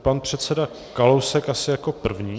Pan předseda Kalousek asi jako první.